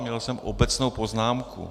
Měl jsem obecnou poznámku.